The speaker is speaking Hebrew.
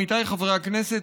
עמיתיי חברי הכנסת,